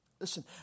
Listen